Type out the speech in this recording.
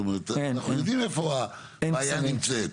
אנחנו יודעים איפה הבעיה נמצאת.